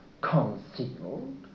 concealed